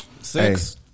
Six